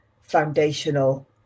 foundational